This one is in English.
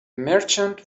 merchant